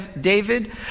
David